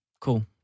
Cool